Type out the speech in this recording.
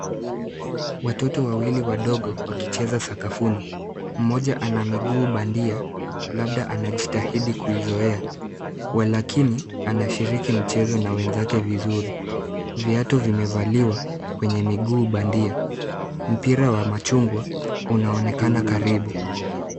Watoto wawili wadogo wakicheza sakafuni. Mmoja ana miguu bandia labda anajitahidi kuizoea. Walakini anashiriki mchezo na wenzake vizuri. Viatu vimevaliwa kwenye miguu bandia. Mpira wa machungwa unaonekana karibu.